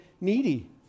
needy